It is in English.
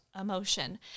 emotion